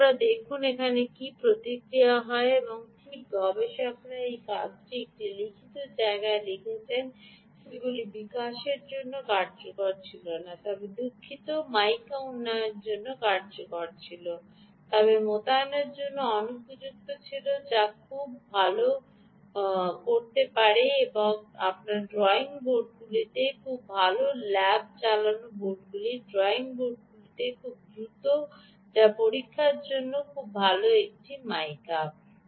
আসুন দেখুন যে কী প্রতিক্রিয়া এবং ঠিক গবেষকরা এই কাগজে একটি লিখিত জায়গায় লিখেছেন সেগুলি মাইকা বিকাশের জন্য কার্যকর ছিল না তবে দুঃখিত মাইকা উন্নয়নের জন্য কার্যকর ছিল তবে মোতায়েনের জন্য অনুপযুক্ত ছিল যা খুব ভাল করতে পারে আপনার ড্রয়িং বোর্ডগুলিতে খুব ভাল ল্যাব চালানো বোর্ডগুলি বা ড্রয়িং বোর্ডগুলিতে খুব দ্রুত যা পরীক্ষার জন্য খুব ভাল একটি মাইকা